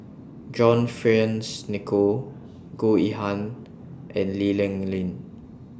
John Fearns Nicoll Goh Yihan and Lee Ling Yen